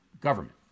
government